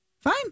Fine